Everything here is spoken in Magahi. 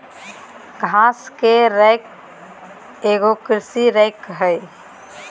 घास के रेक एगो कृषि रेक हइ